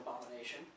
abomination